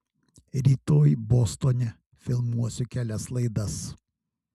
rytoj bostone filmuosiu kelias laidas